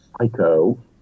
Psycho